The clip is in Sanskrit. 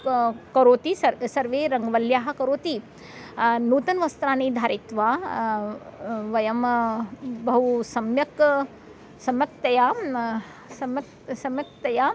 क करोति सर् सर्वे रङ्गवल्याः करोति नूतनं वस्त्राणि धारित्वा वयं बहु सम्यक् समक्तया समक् सम्यक्तया